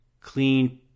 clean